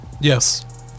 Yes